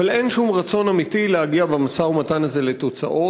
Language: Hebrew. אבל אין שום רצון אמיתי להגיע במשא-ומתן הזה לתוצאות.